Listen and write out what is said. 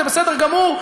זה בסדר גמור,